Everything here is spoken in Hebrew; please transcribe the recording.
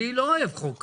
אני לא אוהב חוק כזה.